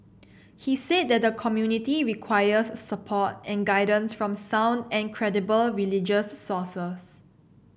he said that the community requires support and guidance from sound and credible religious sources